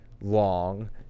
long